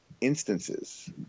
instances